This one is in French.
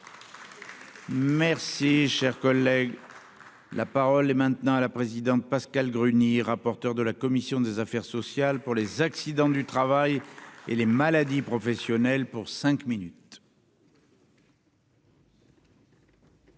Merci, cher collègue. La parole est maintenant à la présidente, Pascale Gruny, rapporteur de la commission des affaires sociales pour les accidents du travail et les maladies professionnelles pour cinq minutes.